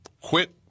quit